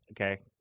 Okay